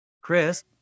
Chris